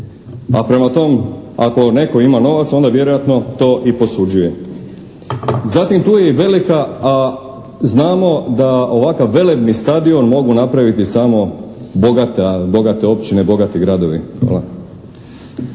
Pa prema tome, ako netko ima novac onda vjerojatno to i posuđuje. Zatim, tu je i velika a znamo da ovakav velebni stadion mogu napraviti samo bogate općine, bogati gradovi. Hvala.